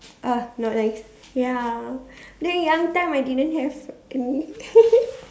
!ugh! not nice ya then young time I didn't have